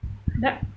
that